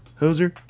hoser